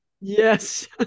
Yes